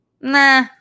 Nah